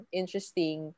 interesting